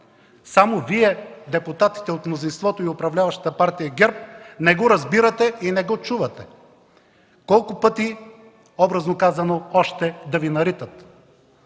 Само Вие – депутатите от мнозинството и управляващата партия ГЕРБ, не го разбирате и не го чувате. Колко пъти още да Ви наритат,